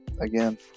again